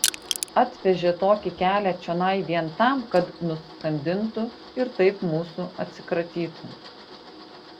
atvežė tokį kelią čionai vien tam kad nuskandintų ir taip mūsų atsikratytų